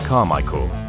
Carmichael